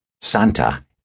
Santa